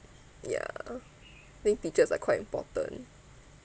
yeah I think teachers are quite important